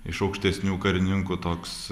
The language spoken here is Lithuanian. iš aukštesnių karininkų toks